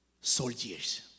soldiers